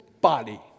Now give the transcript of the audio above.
body